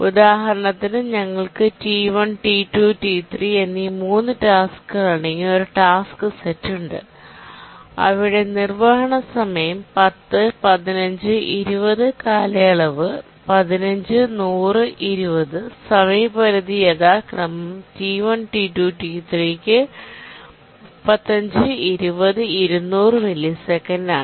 ഉദാഹരണത്തിന് ഞങ്ങൾക്ക് T1 T2 T3 എന്നീ 3 ടാസ്ക്കുകൾ അടങ്ങിയ ഒരു ടാസ്ക് സെറ്റ് ഉണ്ട് അവയുടെ നിർവ്വഹണ സമയം 10 15 20 കാലയളവ് 1510020 സമയപരിധി യഥാക്രമം T1 T2 T3 ന് 3520200 മില്ലിസെക്കൻഡാണ്